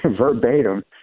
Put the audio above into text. verbatim